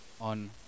on